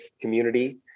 community